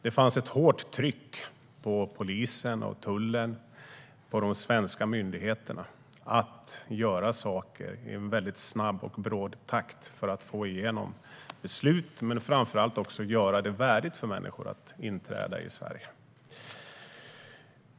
Det var ett hårt tryck på polisen och tullen, på de svenska myndigheterna, att göra saker i en snabb och bråd takt för att få igenom beslut men framför allt göra det värdigt för människor att inträda i Sverige.